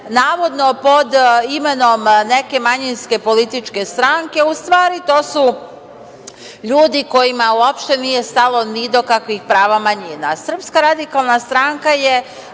navodno pod imenom neke manjinske političke stranke, u stvari to su ljudi kojima uopšte nije stalo ni do kakvih prava manjina. Srpska radikalna stranka je